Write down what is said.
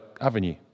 Avenue